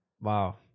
wow